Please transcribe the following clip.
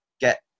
get